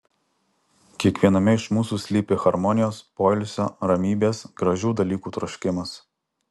kiekviename iš mūsų slypi harmonijos poilsio ramybės gražių dalykų troškimas